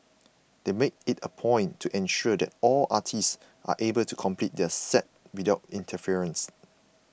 they make it a point to ensure that all artists are able to complete their sets without interference